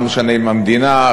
לא משנה אם המדינה,